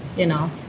you know,